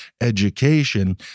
education